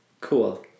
Cool